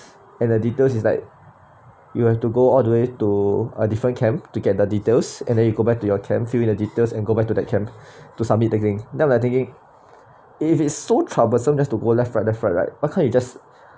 and the details is like you have to go all the way to a different camp to get the details and then you go back to your camp fill in the details and go back to that camp to submit again they're letting it if it's so troublesome just to go left right left right right why can't you just